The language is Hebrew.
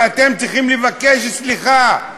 ואתם צריכים לבקש סליחה,